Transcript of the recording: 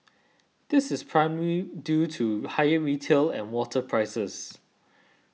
this is primarily due to higher retail and water prices